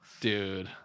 Dude